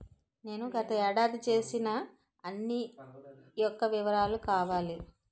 నేను గత ఏడాది చేసిన అన్ని యెక్క వివరాలు కావాలి?